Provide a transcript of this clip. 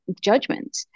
judgment